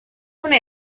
una